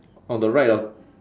on the right of